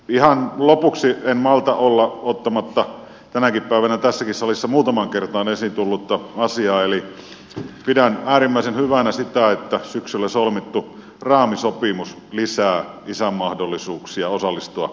ihan lopuksi en malta olla ottamatta esiin tänäkin päivänä tässäkin salissa muutamaan kertaan esiin tullutta asiaa eli pidän äärimmäisen hyvänä sitä että syksyllä solmittu raamisopimus lisää isän mahdollisuuksia osallistua lapsenhoitoon